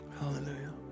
Hallelujah